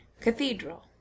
cathedral